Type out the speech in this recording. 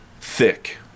thick